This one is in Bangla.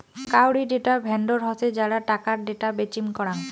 কাউরী ডেটা ভেন্ডর হসে যারা টাকার ডেটা বেচিম করাং